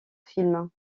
films